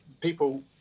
people